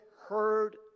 heard